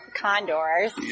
condors